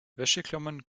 wäscheklammern